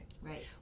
Right